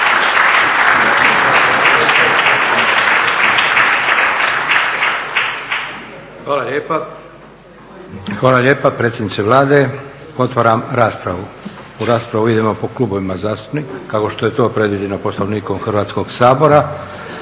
Josip (SDP)** Hvala lijepa predsjedniče Vlade. Otvaram raspravu. U raspravu idemo po klubovima zastupnika kao što je to predviđeno Poslovnikom Hrvatskog sabora.